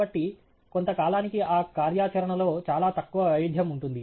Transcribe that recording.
కాబట్టి కొంత కాలానికి ఆ కార్యాచరణలో చాలా తక్కువ వైవిధ్యం ఉంటుంది